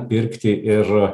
pirkti ir